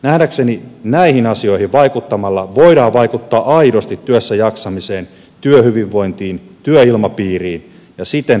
nähdäkseni näihin asioihin vaikuttamalla voidaan vaikuttaa aidosti työssäjaksamiseen työhyvinvointiin työilmapiiriin ja siten pidentää työuria